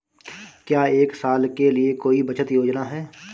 क्या एक साल के लिए कोई बचत योजना है?